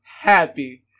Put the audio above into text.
happy